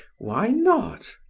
why not?